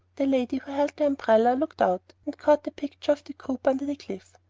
the lady who held the umbrella looked out, and caught the picture of the group under the cliff.